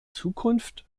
zukunft